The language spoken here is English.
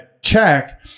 check